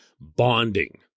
bonding